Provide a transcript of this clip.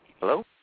Hello